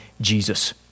Jesus